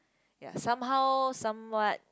ya somehow somewhat